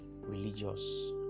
religious